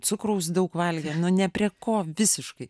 cukraus daug valgė ne prie ko visiškai